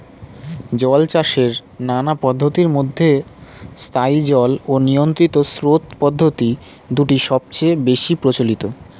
জলচাষের নানা পদ্ধতির মধ্যে স্থায়ী জল ও নিয়ন্ত্রিত স্রোত পদ্ধতি দুটি সবচেয়ে বেশি প্রচলিত